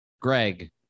Greg